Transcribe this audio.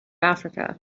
africa